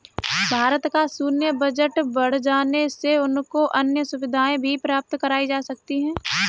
भारत का सैन्य बजट बढ़ जाने से उनको अन्य सुविधाएं भी प्राप्त कराई जा सकती हैं